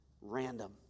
random